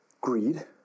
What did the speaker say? greed